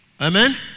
Amen